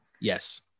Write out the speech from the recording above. Yes